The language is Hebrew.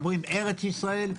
אומרים ארץ ישראל.